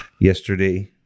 Yesterday